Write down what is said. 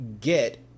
get